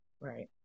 Right